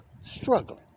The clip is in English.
struggling